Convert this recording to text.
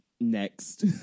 next